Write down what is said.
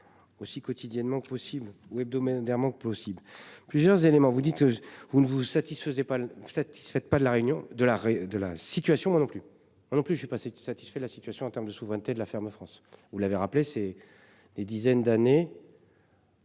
Aussi quotidiennement possible ou hebdomadaires que possible. Plusieurs éléments, vous dites. Vous ne vous satisfaisaient pas. Pas de la réunion de l'arrêt de la situation. Moi non plus, en plus je suis passé satisfait de la situation en termes de souveraineté de la ferme France vous l'avez rappelé, c'est des dizaines d'années.